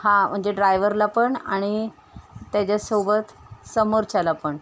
हां म्हणजे ड्रायव्हरला पण आणि त्याच्यासोबत समोरच्याला पण